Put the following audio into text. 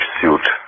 suit